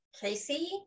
Casey